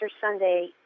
Sunday